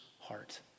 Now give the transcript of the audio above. heart